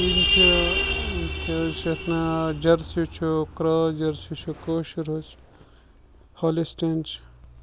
چھِ کیاہ حظ چھِ یَتھ ناو جرسی چھُ کرٛس جرسی چھُ کٲشُر حظ ہالِسٹین چھُ